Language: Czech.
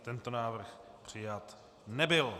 Tento návrh přijat nebyl.